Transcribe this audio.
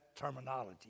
terminology